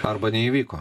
arba neįvyko